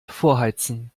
vorheizen